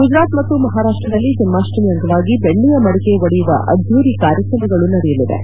ಗುಜರಾತ್ ಮತ್ತು ಮಹಾರಾಷ್ಷದಲ್ಲಿ ಜನ್ಮಾಷ್ವಮಿ ಅಂಗವಾಗಿ ಬೆಣ್ಣೆಯ ಮಡಿಕೆ ಒಡೆಯುವ ಅದ್ದೂರಿ ಕಾರ್ಯಕ್ರಮಗಳು ನಡೆಯಲಿವೆ